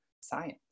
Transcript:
science